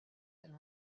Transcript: and